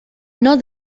note